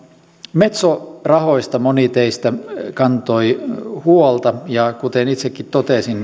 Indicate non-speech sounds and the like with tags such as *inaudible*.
metso rahoista moni teistä kantoi huolta ja kuten itsekin totesin *unintelligible*